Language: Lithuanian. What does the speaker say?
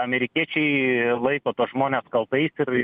amerikiečiai laiko tuos žmones kaltais ir ir